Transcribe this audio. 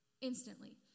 Instantly